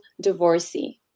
divorcee